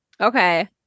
Okay